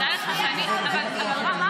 אני הגנתי על המפגינים, גבי.